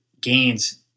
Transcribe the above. gains